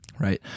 right